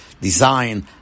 design